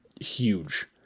huge